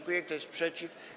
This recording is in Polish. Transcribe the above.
Kto jest przeciw?